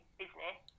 business